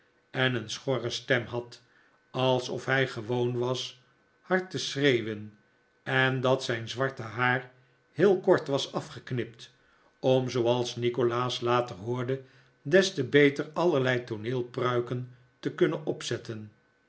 en een schorre stem had alsof hij gewoon was hard te schreeuwen en dat zijn zwarte haar heel kort was afgeknipt om zooals nikolaas later hoorde des te beter allerlei tooneelpruiken te kunnen opzetten